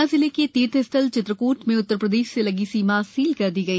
सतना जिले के तीर्थ स्थल चित्रकूट में उप्र से लगी सीमा सील कर दी गई